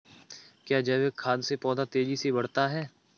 क्या जैविक खाद से पौधा तेजी से बढ़ता है?